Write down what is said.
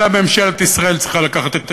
אלא ממשלת ישראל צריכה לקחת את היוזמה,